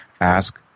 Ask